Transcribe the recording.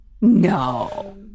No